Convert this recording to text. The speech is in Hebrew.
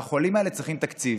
והחולים האלה צריכים תקציב.